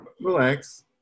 relax